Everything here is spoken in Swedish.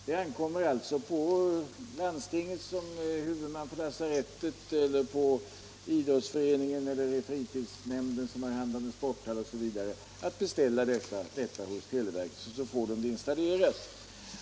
Det ankommer alltså på landsting, som är huvudman för lasarett, på idrottsförening eller fritidsnämnd, som har hand om sporthallar m.m., att hos televerket beställa installation av ljudförstärkare.